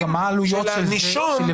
של הנישום --- שוב,